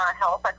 help